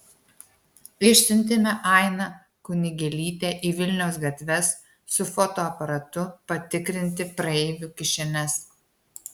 išsiuntėme ainą kunigėlytę į vilniaus gatves su fotoaparatu patikrinti praeivių kišenes